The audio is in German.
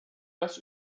dass